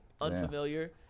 Unfamiliar